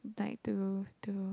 like to to